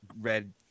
red